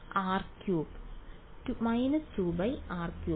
വിദ്യാർത്ഥി R cube